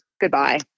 Goodbye